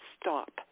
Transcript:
stop